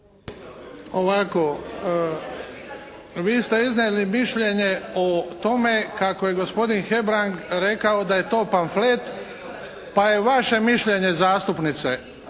(HDZ)** Vi ste iznijeli mišljenje o tome kako je gospodin Hebrang rekao da je to pamflet pa je vaše mišljenje zastupnice